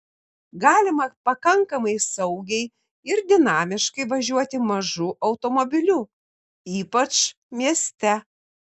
galima pakankamai saugiai ir dinamiškai važiuoti mažu automobiliu ypač mieste